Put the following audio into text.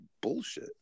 bullshit